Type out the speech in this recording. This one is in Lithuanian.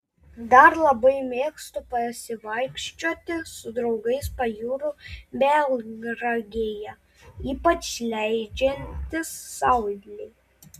dar labai mėgstu pasivaikščioti su draugais pajūriu melnragėje ypač leidžiantis saulei